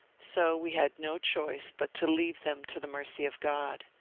so we had no choice but to leave them to the mercy of god,